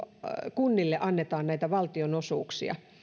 kunnille annetaan näitä valtionosuuksia